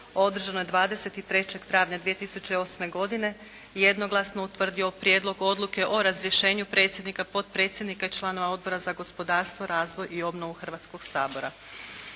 održanoj 23. travnja 2008. godine jednoglasno utvrdio Prijedlog odluke o razrješenju predsjednika, potpredsjednice i članova Odbora za prostorno uređenje i zaštitu okoliša Hrvatskog sabora.